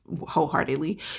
wholeheartedly